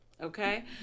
Okay